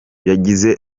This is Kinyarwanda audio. yagize